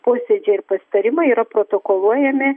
posėdžiai ir pasitarimai yra protokoluojami